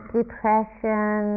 depression